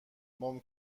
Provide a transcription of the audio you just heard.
باز